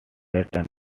written